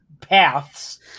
paths